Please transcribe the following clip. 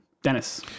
Dennis